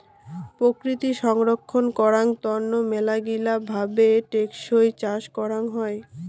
প্রকৃতি সংরক্ষণ করাং তন্ন মেলাগিলা ভাবে টেকসই চাষ করাং হই